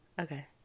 Okay